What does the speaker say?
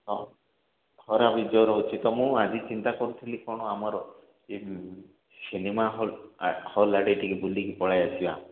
ହଁ ଖରା ବି ଜୋର୍ ହେଉଛି ତ ମୁଁ ଆଜି ଚିନ୍ତା କରୁଥିଲି କ'ଣ ଆମର ଏହି ସିନେମା ହଲ୍ ହଲ୍ ଆଡ଼େ ଟିକେ ବୁଲିକି ପଳାଇ ଆସିବା